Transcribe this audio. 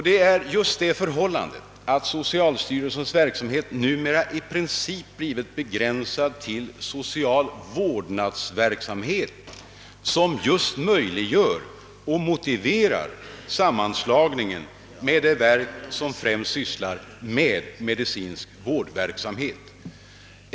Det är just det förhållandet att socialstyrelsens verksamhet numera i princip begränsats till social vårdnadsverksamhet som möjliggör och motiverar sammanslagningen med det verk som främst sysslar med medicinsk vårdverksamhet.